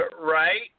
Right